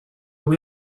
voy